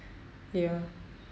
ya